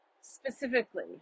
specifically